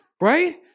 right